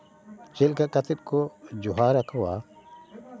ᱪᱮᱫ ᱞᱮᱠᱟ ᱠᱟᱛᱮᱫ ᱠᱚ ᱡᱚᱦᱟᱨ ᱟᱠᱚᱣᱟ